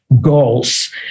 goals